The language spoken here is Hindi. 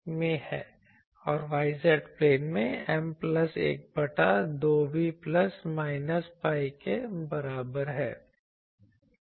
और y z प्लेन में M प्लस 1 बटा 2 v प्लस माइनस pi के बराबर है